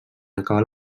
acabar